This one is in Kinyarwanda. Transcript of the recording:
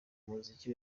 muziki